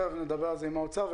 תכף נדבר על זה עם האוצר.